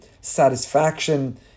satisfaction